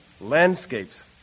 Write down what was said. landscapes